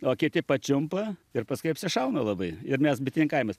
o kiti pačiumpa ir paskui apsišauna labai ir nes bitininkavimas